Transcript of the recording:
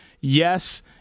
yes